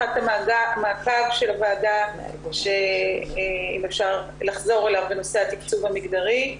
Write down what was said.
המעקב של הוועדה שאם אפשר לחזור אליו בנושא התקצוב המגדרי,